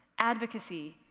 advocacy,